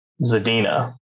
Zadina